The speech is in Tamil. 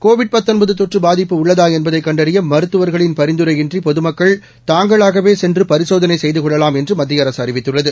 கோவிட் தொற்று பாதிப்பு உள்ளதா என்பதை கண்டறிய மருத்துவர்களின் பரிந்துரையின்றி பொதுமக்கள் தாங்களாகவே சென்று பரிசோதளை செய்து கொள்ளலாம் என்று மத்திய அரசு அறிவித்துள்ளது